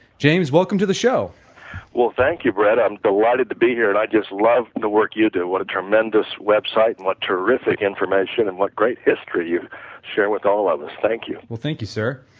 james, welcome to the show well, thank you brett, i'm delighted to be here and i just love the work you do, what a tremendous website and what terrific information and what great history you share with all of us, thank you well, thank you sir.